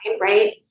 right